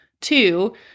Two